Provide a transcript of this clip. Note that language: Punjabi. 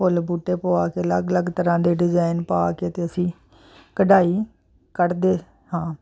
ਫੁੱਲ ਬੂਟੇ ਪਵਾ ਕੇ ਅਲੱਗ ਅਲੱਗ ਤਰ੍ਹਾਂ ਦੇ ਡਿਜ਼ਾਇਨ ਪਾ ਕੇ ਅਤੇ ਅਸੀਂ ਕਢਾਈ ਕੱਢਦੇ ਹਾਂ